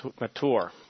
mature